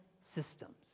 systems